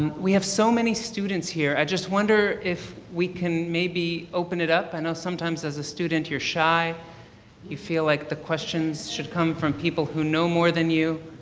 and we have so many student here, i just wonder if we can maybe open it up? i know sometimes as a student you're shy you feel like the questions should come from people who know more than you.